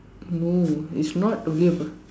no it's not only about